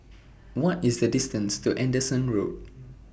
What IS The distance to Anderson Road